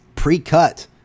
Pre-cut